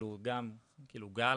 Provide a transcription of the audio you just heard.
גם גל,